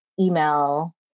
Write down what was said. email